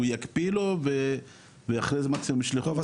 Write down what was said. שהוא יקפיא לו ואחרי זה מקסימום --- טוב,